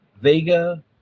Vega